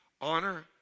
Honor